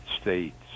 States